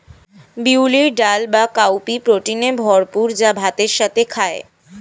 বিউলির ডাল বা কাউপি প্রোটিনে ভরপুর যা ভাতের সাথে খায়